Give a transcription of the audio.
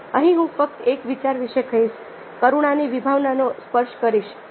અને અહીં હું ફક્ત એક વિચાર વિશે કહીશ કરુણાની વિભાવનાને સ્પર્શ કરીશ